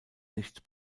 nicht